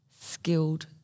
skilled